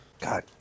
God